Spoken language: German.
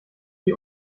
die